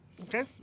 Okay